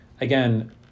again